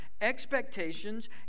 expectations